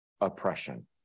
oppression